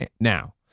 now